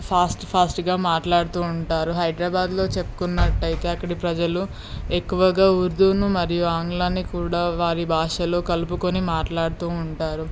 fast ఫాస్ట్గా మాట్లాడుతూ ఉంటారు హైదరాబాదులో చెప్పుకున్నట్టైతే అక్కడి ప్రజలు ఎక్కువగా ఉర్దూను మరియు ఆంగ్లాన్ని కూడా వారి భాషలో కలుపుకుని మాట్లాడుతూ ఉంటారు